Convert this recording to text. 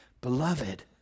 Beloved